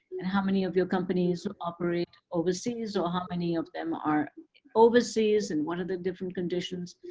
and how many of your companies operate overseas or how many of them are overseas and what are the different conditions.